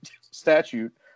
statute